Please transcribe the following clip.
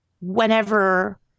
whenever